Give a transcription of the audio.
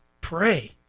Pray